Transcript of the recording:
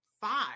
five